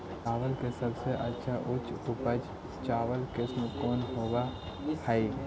चावल के सबसे अच्छा उच्च उपज चावल किस्म कौन होव हई?